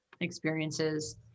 experiences